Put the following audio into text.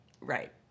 Right